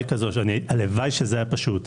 הלוואי שזה היה פשוט.